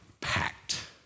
packed